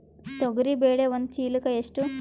ತೊಗರಿ ಬೇಳೆ ಒಂದು ಚೀಲಕ ಎಷ್ಟು?